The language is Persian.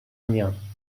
میان